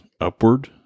upward